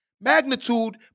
magnitude